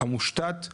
המושתתת